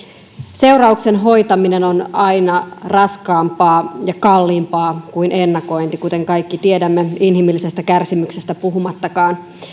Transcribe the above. seurauksen hoitaminen on aina raskaampaa ja kalliimpaa kuin ennakointi kuten kaikki tiedämme inhimillisestä kärsimyksestä puhumattakaan